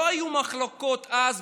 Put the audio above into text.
לא היו מחלוקות אז,